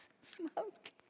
smoke